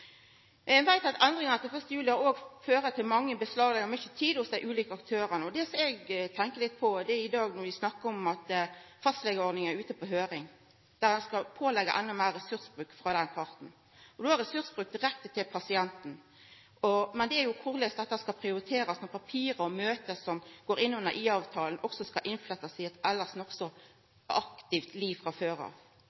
veit at endringane etter 1. juli òg legg beslag på mykje av tida til dei ulike aktørane. Det som eg tenkjer litt på når vi i dag snakkar om at fastlegeordninga er ute på høyring, er at ein skal påleggja den parten endå meir ressursbruk. No er det ressursbruk direkte til pasienten. Men korleis skal dette prioriterast, med papir og møte som går innunder IA-avtalen, og som også skal flettast inn i eit elles nokså